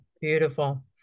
Beautiful